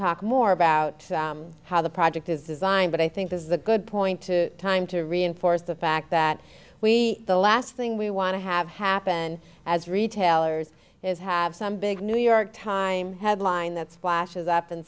talk more about how the project is designed but i think this is a good point to time to reinforce the fact that we the last thing we want to have happen as retailers is have some big new york times headline that's washes up and